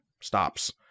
stops